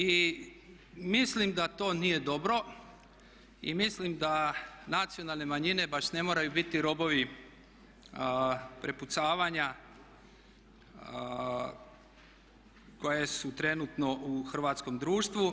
I mislim da to nije dobro i mislim da nacionalne manjine baš ne moraju biti robovi prepucavanja koje su trenutno u hrvatskom društvu.